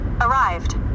Arrived